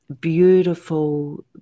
beautiful